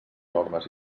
normes